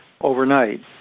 overnight